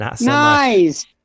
nice